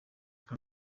nka